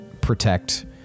protect